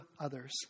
others